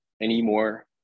anymore